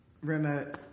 remote